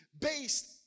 based